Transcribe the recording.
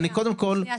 אני קודם כל -- שנייה,